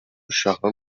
الشهر